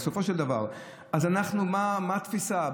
בסופו של דבר, מה התפיסה?